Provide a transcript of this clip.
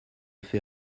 fait